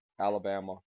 Alabama